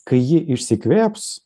kai ji išsikvėps